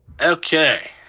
Okay